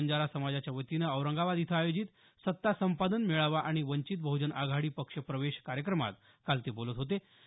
गोर बंजारा समाजाच्या वतीनं औरंगाबाद इथं आयोजित सत्ता संपादन मेळावा आणि वंचित बह्जन आघाडी पक्ष प्रवेश कार्यक्रमात काल ते बोलत होते